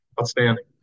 Outstanding